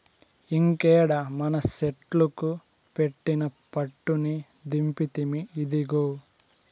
ఇంకేడ మనసెట్లుకు పెట్టిన పట్టుని దింపితిమి, ఇదిగో